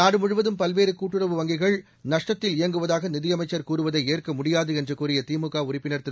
நாடுமுழுவதும் பல்வேறு கூட்டுறவு வங்கிகள் நட்டத்தில் இயங்குவதாக நிதியமைச்சர் கூறுவதை ஏற்க முடியாது என்று கூறிய திமுக உறுப்பினர் திரு